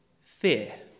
fear